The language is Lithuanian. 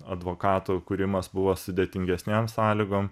advokatų kūrimas buvo sudėtingesnėm sąlygom